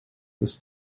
this